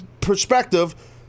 perspective